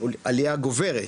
עלייה גוברת,